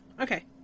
Okay